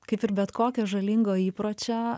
kaip ir bet kokio žalingo įpročio